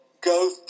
Go